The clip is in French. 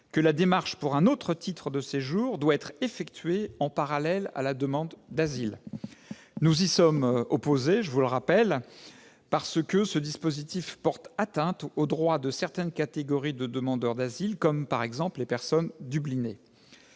que la démarche pour un autre titre de séjour doit être effectuée en parallèle à la demande d'asile. Nous y sommes opposés, un tel dispositif portant atteinte aux droits de certaines catégories de demandeurs d'asile, notamment les personnes « dublinées